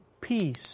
peace